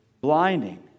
blinding